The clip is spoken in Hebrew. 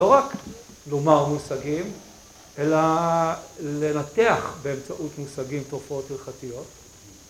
‫לא רק לומר מושגים, אלא לנתח ‫באמצעות מושגים תופעות הלכתיות.